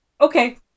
Okay